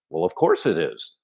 well, of course it is.